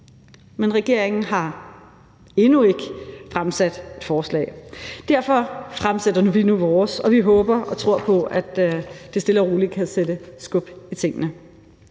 Men regeringen har endnu ikke fremsat et forslag. Derfor fremsætter vi nu vores, og vi håber og tror på, at det stille og roligt kan sætte skub i tingene.